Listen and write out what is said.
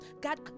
God